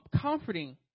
comforting